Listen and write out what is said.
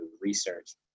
research